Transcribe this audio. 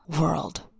world